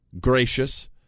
gracious